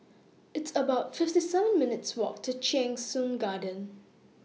It's about fifty seven minutes' Walk to Cheng Soon Garden